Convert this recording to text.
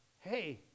hey